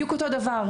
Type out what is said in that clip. אז בדיוק אותו הדבר,